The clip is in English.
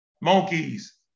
monkeys